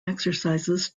exercises